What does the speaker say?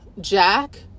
Jack